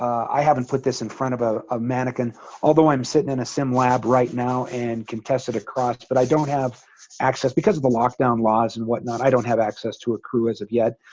i haven't put this in front of ah a mannequin although i'm sitting in a sim lab right now and can test it across but i don't have access because of the lockdown laws and whatnot. i don't have access to a crew as of yet.